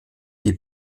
die